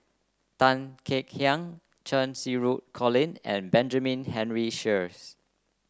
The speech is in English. Tan Kek Hiang Cheng Xinru Colin and Benjamin Henry Sheares